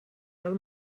del